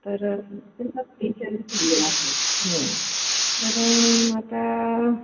तर तर आता